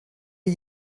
are